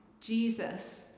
Jesus